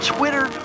Twitter